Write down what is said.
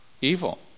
evil